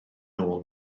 nôl